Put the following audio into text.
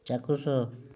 ଚାକ୍ଷୁଷ